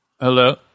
Hello